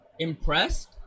impressed